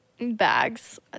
bags